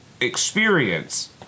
experience